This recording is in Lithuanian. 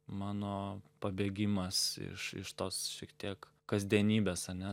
mano pabėgimas iš iš tos šiek tiek kasdienybės ane